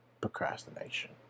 procrastination